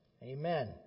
Amen